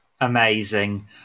amazing